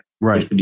Right